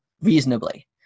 reasonably